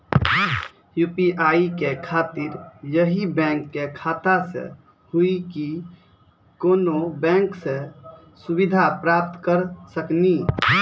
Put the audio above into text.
UPI के खातिर यही बैंक के खाता से हुई की कोनो बैंक से सुविधा प्राप्त करऽ सकनी?